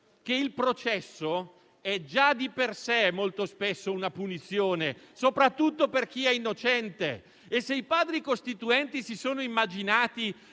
che il processo è già di per sé molto spesso una punizione, soprattutto per chi è innocente. E se i Padri costituenti hanno immaginato